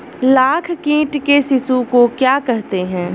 लाख कीट के शिशु को क्या कहते हैं?